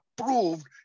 approved